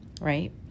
right